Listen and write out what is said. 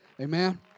Amen